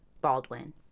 Baldwin